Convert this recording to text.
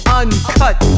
uncut